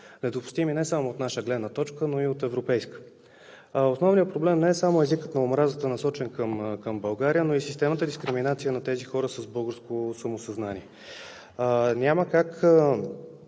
недопустими не само от наша гледна точка, но и от европейска. Основният проблем не е само езикът на омразата, насочен към България, но и системната дискриминация на тези хора с българско самосъзнание. Няма как